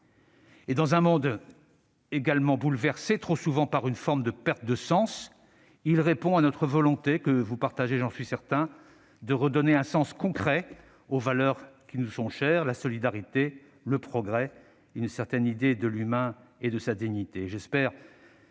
Dans un monde également bouleversé, trop souvent, par une forme de perte de sens, il répond à notre volonté, que vous partagez- j'en suis certain -, de redonner un sens concret aux valeurs qui nous sont chères : la solidarité, le progrès, une certaine idée de l'humain et de sa dignité.